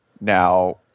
now